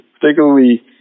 particularly